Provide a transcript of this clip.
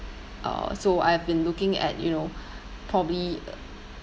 uh so I've been looking at you know probably